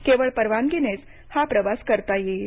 केवळ परवानगीनेच हा प्रवास करता येईल